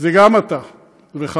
זה גם אתה וחבריך,